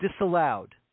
disallowed